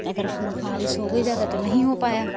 अगर बारिश हो गई ज़्यादा तो नहीं हो पाया